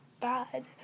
bad